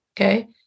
Okay